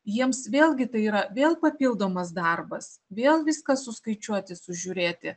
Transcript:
jiems vėlgi tai yra vėl papildomas darbas vėl viską suskaičiuoti sužiūrėti